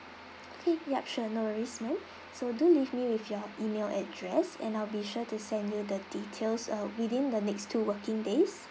okay yup sure no worries ma'am so do leave me with your email address and I'll be sure to send you the details uh within the next two working days